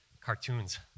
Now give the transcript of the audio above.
Cartoons